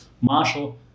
marshall